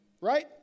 Right